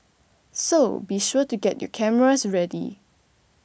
so be sure to get your cameras ready